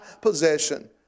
possession